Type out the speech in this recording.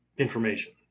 information